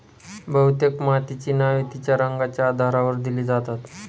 बहुतेक मातीची नावे तिच्या रंगाच्या आधारावर दिली जातात